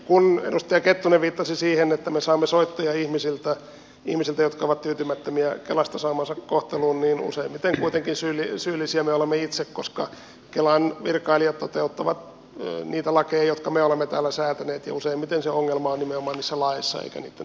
kun edustaja kettunen viittasi siihen että me saamme soittoja ihmisiltä ihmisiltä jotka ovat tyytymättömiä kelasta saamaansa kohteluun niin useimmiten kuitenkin syyllisiä me olemme itse koska kelan virkailijat toteuttavat niitä lakeja jotka me olemme täällä säätäneet ja useimmiten se ongelma on nimenomaan niissä laeissa eikä niitten toteuttajissa